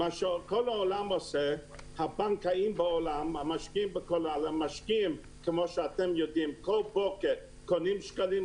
המשקיעים כל בוקר קונים שקלים,